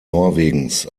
norwegens